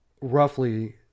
roughly